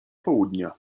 południa